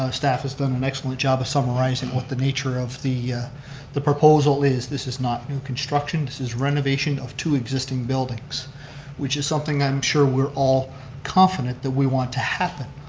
staff has done an excellent job of summarizing what the nature of the the proposal is. this is not new construction, this is renovation of two existing buildings which is something i'm sure we're all confident that we want to happen.